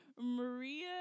Maria